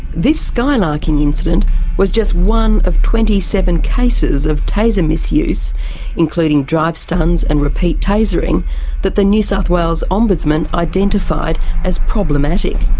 this skylarking incident was just one of twenty seven cases of taser misuse including drive-stuns and repeat tasering that the new south wales ombudsman identified as problematic.